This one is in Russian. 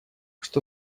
что